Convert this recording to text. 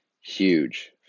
huge